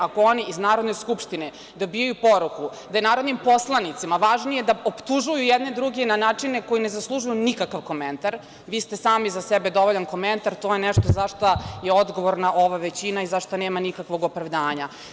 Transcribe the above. Ako oni iz Narodne skupštine dobijaju poruku da narodnim poslanicima je važnije da optužuju jedni druge, na načine koji ne zaslužuju nikakav komentar, vi ste sami za sebe dovoljan komentar, to je nešto zašta je odgovorna ova većina i za šta nema nikakvog opravdanja.